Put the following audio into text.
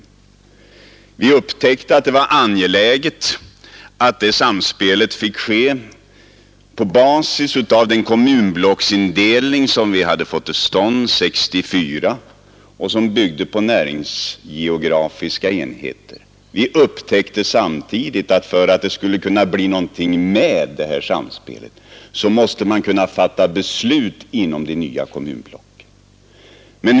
Det var också angeläget, ansåg alla, att det samspelet fick ske på basis av den kommunblocksindelning vi hade fått till stånd 1964 och som byggde på näringsgeografiska enheter. Vi fann samtidigt att för att det skulle bli något med detta samspel måste man kunna fatta beslut inom de nya kommunblocken.